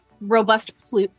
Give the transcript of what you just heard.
robust